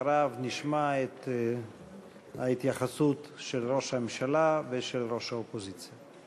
אחריו נשמע את ההתייחסות של ראש הממשלה ושל ראש האופוזיציה.